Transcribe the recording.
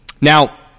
Now